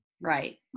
right